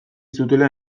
zutela